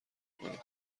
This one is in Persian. کنید